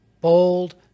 bold